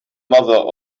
mother